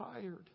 tired